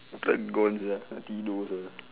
gone sia nak tidur sia